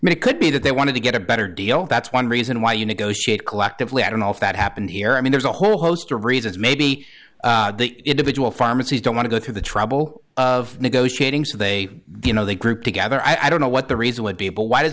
many could be that they wanted to get a better deal that's one reason why you negotiate collectively i don't know if that happened here i mean there's a whole host of reasons maybe the individual pharmacies don't want to go through the trouble of negotiating so they do you know they grouped together i don't know what the reason would be able why does